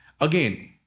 Again